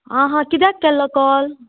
आं हां कित्याक केल्लो कॉल